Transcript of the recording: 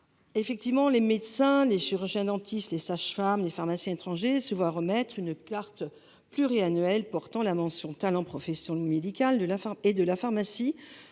l’article 7. Les médecins, les chirurgiens dentistes, les sages femmes et les pharmaciens étrangers se voient remettre une carte pluriannuelle portant la mention « talent professions médicales et de la pharmacie »